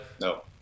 No